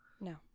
No